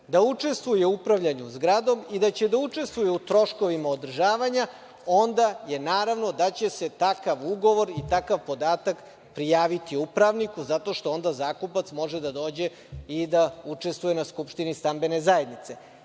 da učestvuje u upravljanju zgradom i da će da učestvuje u troškovima održavanja, onda je naravno da će se takav ugovor i takav podatak prijaviti upravniku zato što onda zakupac može da dođe i da učestvuje na skupštini stambene zajednice.